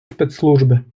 спецслужби